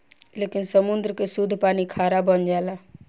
लेकिन समुंद्र के सुद्ध पानी खारा बन जाला